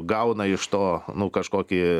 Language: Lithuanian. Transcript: gauna iš to nu kažkokį